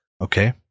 Okay